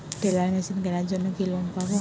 Teller machine কেনার জন্য কি লোন পাব?